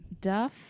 duff